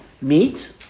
meat